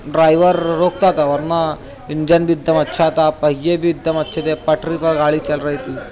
driver روکتا تھا ورنہ انجن بھی ایک دم اچھا تھا پہیے بھی ایک دم اچھے تھے پٹری پر گاڑی چل رہی تھی